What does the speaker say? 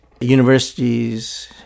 universities